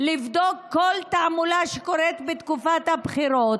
לבדוק כל תעמולה שקורית בתקופת הבחירות,